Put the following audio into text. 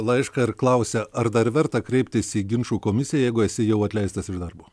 laišką ir klausia ar dar verta kreiptis į ginčų komisiją jeigu esi jau atleistas iš darbo